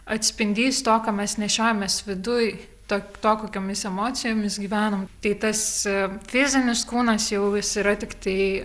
atspindys to ką mes nešiojamės viduj to to kokiomis emocijomis gyvenom tai tas fizinis kūnas jau jis yra tiktai